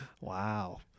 Wow